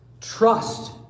Trust